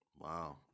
Wow